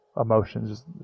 emotions